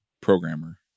programmer